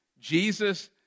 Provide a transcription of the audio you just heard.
Jesus